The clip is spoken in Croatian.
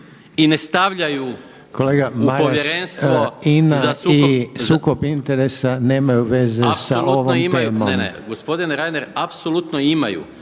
i ne stavljaju u Povjerenstvo za sukob interesa…